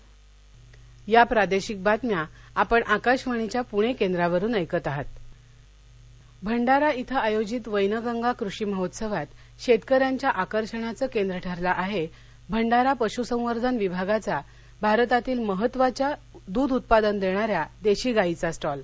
doctor Nitin फके भंडारा श्वे आयोजित वैनगंगा कृषी महोत्सवात शेतकऱ्यांच्या आकर्षणाचं केंद्र ठरला आहे भंडारा पशसंवर्धन विभागाचा भारतातील महत्त्वाच्या दूध उत्पादन देणाऱ्या देशी गाईचा स्टॉल